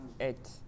Eight